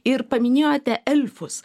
ir paminėjote elfus